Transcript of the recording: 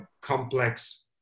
complex